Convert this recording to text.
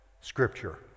scripture